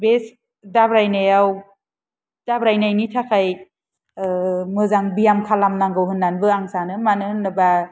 बे दाब्रायनायाव दाब्रायनायनि थाखाय मोजां व्याम खालाम नांगौ होननानैबो आं सानो मानो होनोबा